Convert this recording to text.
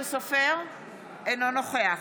אינו נוכח